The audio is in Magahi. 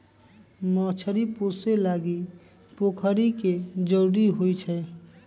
मछरी पोशे लागी पोखरि के जरूरी होइ छै